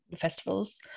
festivals